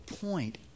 point